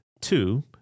Two